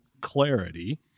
clarity